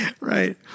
Right